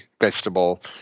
vegetable